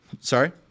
Sorry